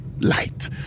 light